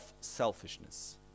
selfishness